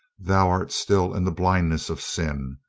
thou art still in the blindness of sin.